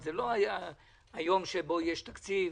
זה לא היום שבו יש תקציב